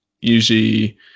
usually